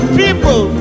people